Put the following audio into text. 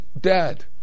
dead